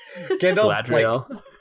Gandalf